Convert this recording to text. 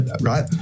right